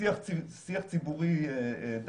הסיכונים העיקריים בשימוש בזיהוי פנים במרחב הציבורי.